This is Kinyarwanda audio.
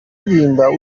ririmba